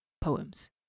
poems